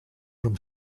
from